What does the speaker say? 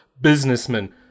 businessman